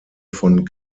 von